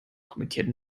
kommentiert